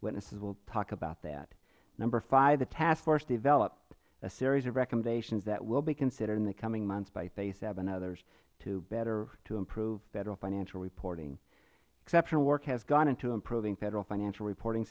witnesses will talk about that number five the task force develop a series of recommendations that will be considered in the coming months by fasab and others to better improve federal financial reporting exceptional work has gone into improving federal financial reporting